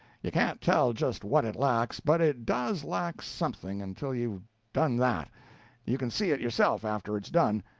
you can't tell just what it lacks, but it does lack something until you've done that you can see it yourself after it's done,